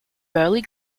burley